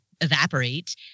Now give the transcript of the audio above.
evaporate